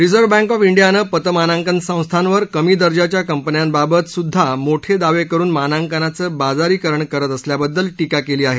reserve bank of इंडियानं पतमानांकन संस्थावर कमी दर्जाच्या कंपन्यांबाबतसुद्धा मोठे दावे करून मानांकनाचं बाजारीकरण करत असल्याबद्दल टीका केली आहे